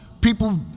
People